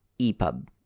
EPUB